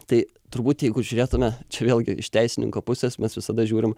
tai turbūt jeigu žiūrėtume čia vėlgi iš teisininko pusės mes visada žiūrim